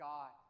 God